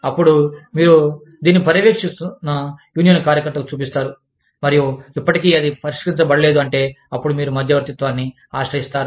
అప్పుడు మీరు దీనిని పర్యవేక్షిస్తున్న యూనియన్ కార్యకర్తకు చూపిస్తారు మరియు ఇప్పటికీ అది పరిష్కరించబడలేదు అంటే అప్పుడు మీరు మధ్యవర్తిత్వాన్ని ఆశ్రయిస్తారు